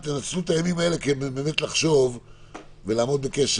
תנצלו את הימים האלה כדי לחשוב ולעמוד בקשר,